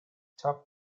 top